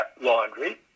laundry